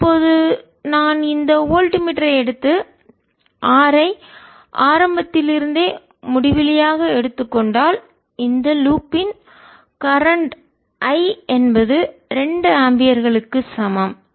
இப்போது நான் இந்த வோல்ட் மீட்டரை எடுத்து R ஐ ஆரம்பத்தில் இருந்தே முடிவிலியாக எடுத்துக் கொண்டால் இந்த லூப் இன் வளையத்தின் கரண்ட் மின்னோட்டம் I என்பது 2 ஆம்பியர்களுக்கு சமம்